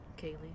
Kaylee